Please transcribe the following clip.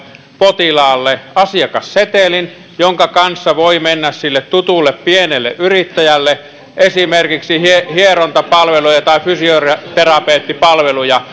potilaalle asiakassetelin jonka kanssa voi mennä sille tutulle pienelle yrittäjälle esimerkiksi hierontapalveluja tai fysioterapeuttipalveluja